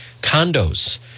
condos